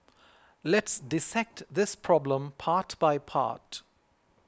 let's dissect this problem part by part